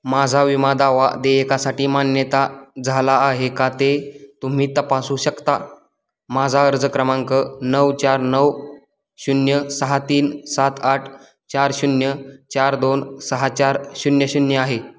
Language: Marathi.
माझा विमा दावा देयकासाठी मान्यता झाला आहे का ते तुम्ही तपासू शकता माझा अर्ज क्रमांक नऊ चार नऊ शून्य सहा तीन सात आठ चार शून्य चार दोन सहा चार शून्य शून्य आहे